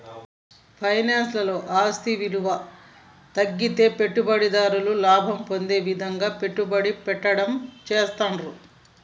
finance లలో ఆస్తి విలువ తగ్గితే పెట్టుబడిదారుడు లాభం పొందే విధంగా పెట్టుబడి పెట్టడం చేస్తాండ్రు